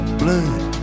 blood